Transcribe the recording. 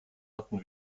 hatten